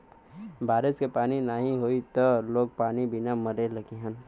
बारिश के पानी नाही होई त लोग पानी बिना मरे लगिहन